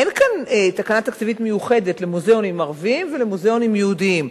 אין כאן תקנה תקציבית למוזיאונים ערביים ולמוזיאונים יהודיים.